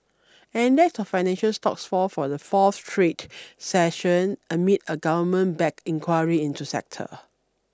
an index of financial stocks fall for the fourth straight session amid a government backed inquiry into the sector